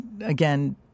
again